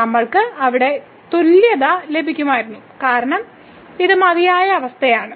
നമ്മൾക്ക് അവിടെ തുല്യത ലഭിക്കുമായിരുന്നു കാരണം ഇത് മതിയായ അവസ്ഥയാണ്